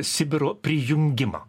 sibiro prijungimą